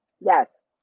Yes